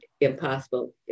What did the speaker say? impossible